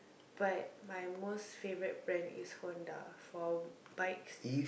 but my most favourite brand is Honda for bikes